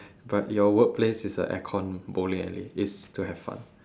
but your workplace is a aircon bowling alley it's to have fun